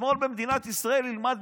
השמאל במדינת ישראל ילמד